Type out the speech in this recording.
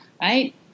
right